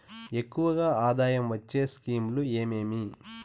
ఎక్కువగా ఆదాయం వచ్చే స్కీమ్ లు ఏమేమీ?